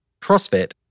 CrossFit